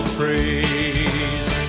praise